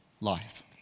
life